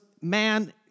man